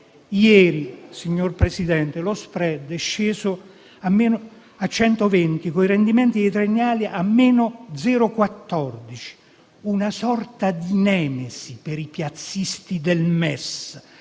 Ieri, signor Presidente, lo *spread* è sceso a 120, con rendimenti triennali a meno 0,14: una sorta di nemesi per i piazzisti del MES,